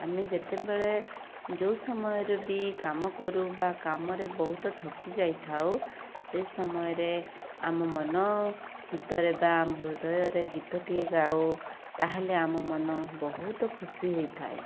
ଆମେ ଯେତେବେଳେ ଯେଉଁ ସମୟରେ ବି କାମ କରୁ ବା କାମରେ ବହୁତ ଥକି ଯାଇଥାଉ ସେଇ ସମୟରେ ଆମ ମନ ଭିତରେ ବା ଆମ ହୃଦୟରେ ଗୀତଟିଏ ଗାଉ ତା'ହେଲେ ଆମ ମନ ବହୁତ ଖୁସି ହେଇଥାଏ